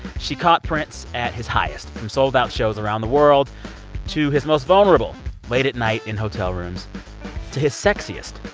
she caught prince at his highest, from sold-out shows around the world to his most vulnerable late at night in hotel rooms to his sexiest,